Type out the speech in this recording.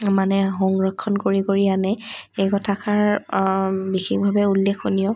মানে সংৰক্ষণ কৰি কৰি আনে সেই কথাষাৰ বিশেষভাৱে উল্লেখনীয়